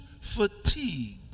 fatigued